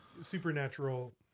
Supernatural